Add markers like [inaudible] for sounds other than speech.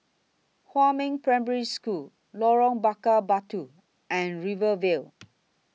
Huamin Primary School Lorong Bakar Batu and Rivervale [noise]